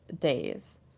days